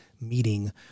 meeting